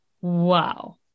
Wow